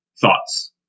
thoughts